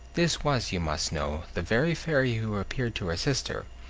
this was, you must know, the very fairy who appeared to her sister,